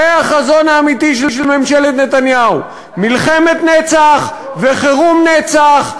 זה החזון האמיתי של ממשלת נתניהו: מלחמת נצח וחירום נצח.